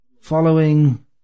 following